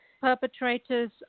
perpetrators